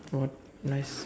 what nice